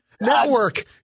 network